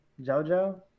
JoJo